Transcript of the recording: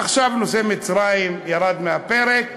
עכשיו נושא מצרים ירק מהפרק,